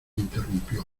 interrumpió